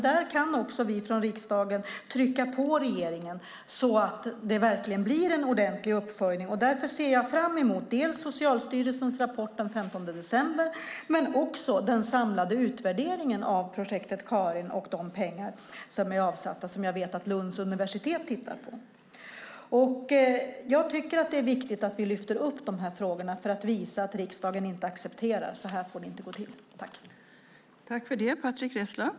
Där kan också vi från riksdagen trycka på regeringen så att det verkligen blir en ordentlig uppföljning. Därför ser jag fram emot dels Socialstyrelsens rapport som ska läggas fram den 15 december, dels den samlade utvärderingen av Projekt Karin och de avsatta pengarna, som jag vet att Lunds universitet tittar på. Det är viktigt att vi lyfter upp frågorna för att visa att riksdagen inte accepterar vad som händer. Så här får det inte gå till.